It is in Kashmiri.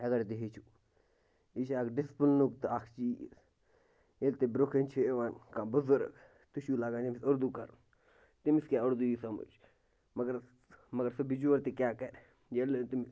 اگر تُہۍ ہیٚچھِو یہِ چھِ اَکھ ڈِسپُلنُک تہٕ اَکھ چیٖز ییٚلہِ تہِ برٛونٛہہ کَنہِ چھِ یِوان کانٛہہ بُزرگ تُہۍ چھُو لَگان أمِس اُردو کَرُن تٔمِس کیٛاہ اُردوٗ یی سمٕجھ مگر مگر سُہ بِچور تہِ کیٛاہ کَرِ ییٚلہِ نہٕ تٔمۍ